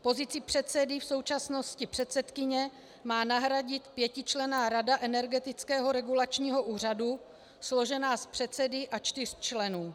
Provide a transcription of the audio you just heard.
Pozici předsedy, v současnosti předsedkyně, má nahradit pětičlenná rada Energetického regulačního úřadu složená z předsedy a čtyř členů.